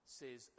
says